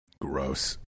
Gross